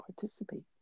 participate